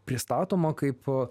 pristatoma kaip